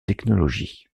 technologies